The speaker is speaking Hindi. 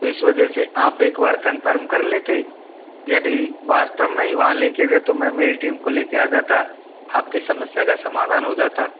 इस वजह से आप एक बार कंफर्म कर लेते यदि वास्तव में ही वहाँ लीकेज है तो मैं मेरी टीम को लेके आ जाता आपकी समस्या का समाधान हो जाता